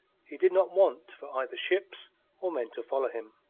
he did not want for either ships or men to follow him.